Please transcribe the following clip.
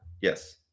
Yes